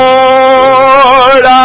Lord